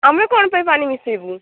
ଆମେ କ'ଣ ପାଇଁ ପାଣି ମିଶାଇବୁ